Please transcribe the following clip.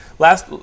Last